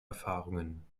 erfahrungen